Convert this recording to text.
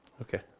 Okay